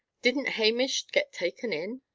didn't hamish get taken in!